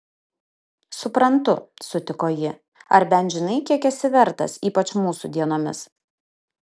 suprantu sutiko ji ar bent žinai kiek esi vertas ypač mūsų dienomis